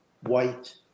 white